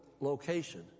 location